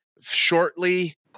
shortly